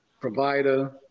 provider